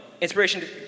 inspiration